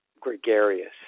gregarious